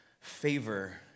favor